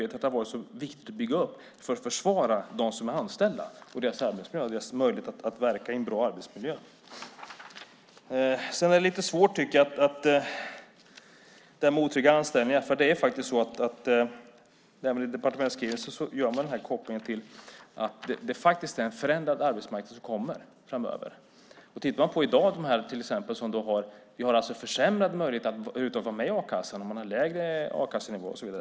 Det har varit viktigt att bygga upp arbetsmiljöarbetet för att försvara de anställda och deras arbetsmiljö och deras möjlighet att verka i en bra arbetsmiljö. Det är lite svårt med otrygga anställningar. I departementsskrivelsen gör man kopplingen till att det faktiskt är en förändrad arbetsmarknad som kommer framöver. I dag är det en försämrad möjlighet att över huvud taget vara med i a-kassan, och man har lägre a-kassenivåer.